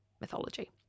mythology